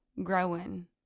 Growing